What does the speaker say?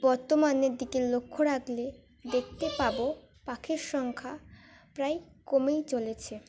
বর্তমানের দিকে লক্ষ্য রাখলে দেখতে পাবো পাখির সংখ্যা প্রায় কমেই চলেছে